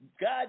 God